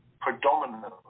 predominantly